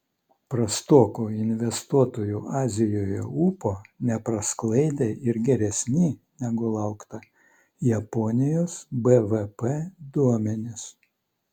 prastoko investuotojų azijoje ūpo neprasklaidė ir geresni negu laukta japonijos bvp duomenys